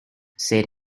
said